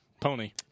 Pony